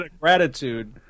gratitude